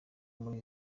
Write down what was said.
muri